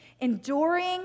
enduring